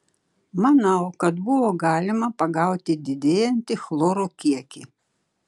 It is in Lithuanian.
manau kad buvo galima pagauti didėjantį chloro kiekį